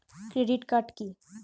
Credit card কি?